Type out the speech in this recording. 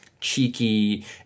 cheeky